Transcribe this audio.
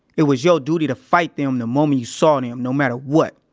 it was your duty to fight them the moment you saw them no matter what.